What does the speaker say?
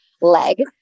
leg